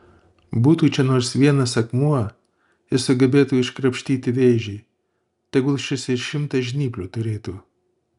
būtų čia nors vienas akmuo jis sugebėtų iškrapštyti vėžį tegul šis ir šimtą žnyplių turėtų